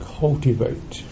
cultivate